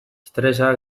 estresa